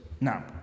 now